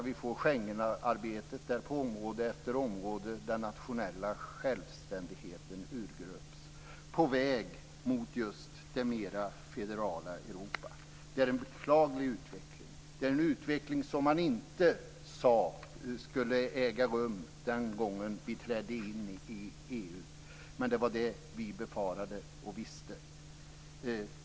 Vi får ett Schengenarbete där den nationella självständigheten på område efter område urgröps på väg mot ett mera federalt Europa. Det är en beklaglig utveckling, en utveckling som man inte sade skulle äga rum den gången vi trädde in i EU. Men det var vad vi befarade och visste.